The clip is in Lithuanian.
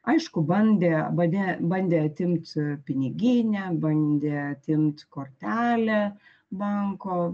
aišku bandė badė bandė atimt piniginę bandė atimt kortelę banko